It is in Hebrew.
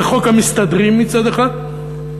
זה חוק המסתדרים מצד אחד,